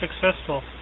successful